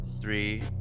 three